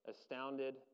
astounded